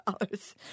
dollars